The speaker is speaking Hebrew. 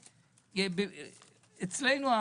אצלנו,